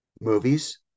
movies